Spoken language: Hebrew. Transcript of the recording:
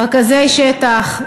רכזי שטח,